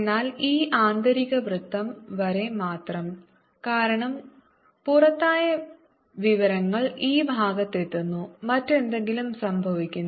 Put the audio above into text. എന്നാൽ ഈ ആന്തരിക വൃത്തം വരെ മാത്രം കാരണം പുറത്തായ വിവരങ്ങൾ ഈ ഭാഗത്തെത്തുന്നു മറ്റെന്തെങ്കിലും സംഭവിക്കുന്നു